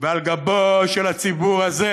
ועל גבו של הציבור הזה